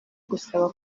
gusaba